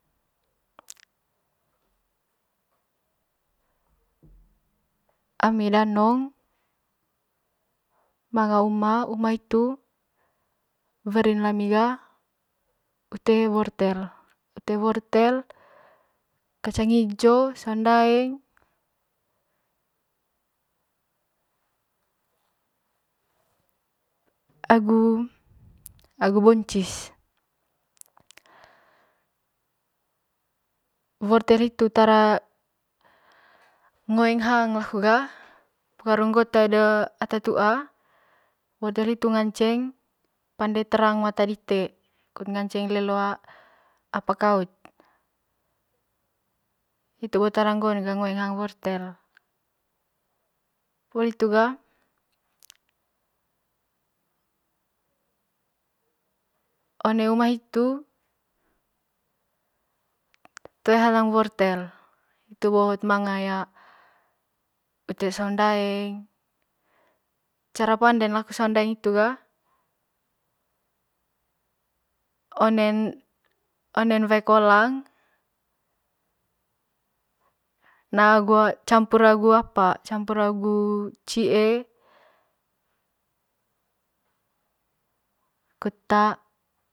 Ami danong manga uma, uma hitu werin lami ga ute wortel ute wortel, kavang hijo saun daeng agu agu boncis wortel hitu tara ngoeng hang laku ga pengaru ngoo tae data tuua wortel hitu ngaceng pande terang mata dite kut ngaceng lelo apa kaut hitu bon tara ngoon ga ngoeng hang wortel poli hitu ga one uma hitu toe hanang wortel hitu bo hot manga ya ute saung daeng cara panden laku saung daeng hitu ga onen onen wae kolang na'a agu campuer agu apa campur agu cie'e kut a.